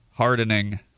hardening